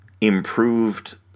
improved